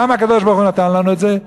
למה הקדוש-ברוך-הוא נתן לנו את זה?